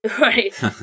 right